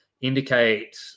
indicate